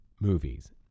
movies